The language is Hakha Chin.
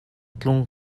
tlung